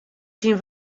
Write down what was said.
syn